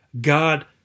God